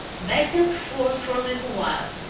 back and forth for a little while,